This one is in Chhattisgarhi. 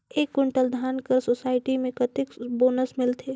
एक कुंटल धान कर सोसायटी मे कतेक बोनस मिलथे?